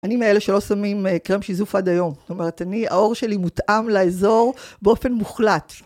אני מאלה שלא שמים קרם שיזוף עד היום. זאת אומרת, אני, העור שלי מותאם לאזור באופן מוחלט.